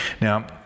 Now